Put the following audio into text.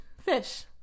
fish